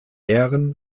ähren